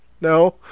No